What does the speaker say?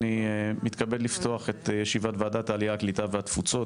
אני מתכבד לפתוח את ישיבת ועדת העלייה הקליטה והתפוצות.